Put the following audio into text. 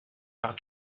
par